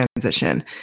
transition